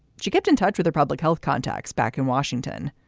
she kept in touch with the public health contacts back in washington.